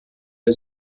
der